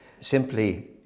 simply